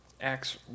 Acts